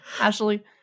Ashley